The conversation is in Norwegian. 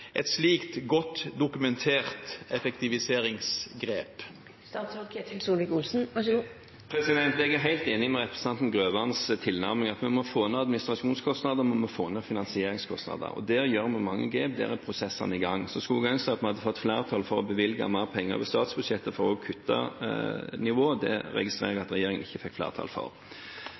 et slikt godt dokumentert effektiviseringsgrep? Jeg er helt enig i representanten Grøvans tilnærming, at vi må få ned administrasjonskostnadene, og vi må få ned finansieringskostnadene. Der tar vi mange grep, og der er prosessene i gang. Så skulle jeg ønske at vi hadde fått flertall for å bevilge mer penger over statsbudsjettet for å kutte nivået. Det registrerer jeg at regjeringen ikke fikk flertall for.